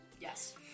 yes